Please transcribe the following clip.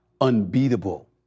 unbeatable